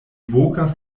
vokas